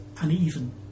uneven